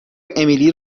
امیلی